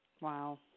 Wow